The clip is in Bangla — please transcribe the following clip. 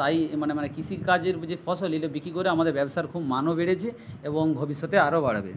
তাই মানে মানে কৃষির কাজের যে ফসল এইটা বিক্রি করে আমাদের ব্যবসার খুব মানও বেড়েছে এবং ভবিষ্যতে আরো বাড়াবে